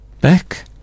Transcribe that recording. Back